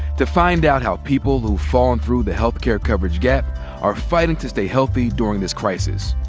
to find out how people who've fallen through the health care coverage gap are fighting to stay healthy during this crisis.